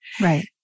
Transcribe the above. Right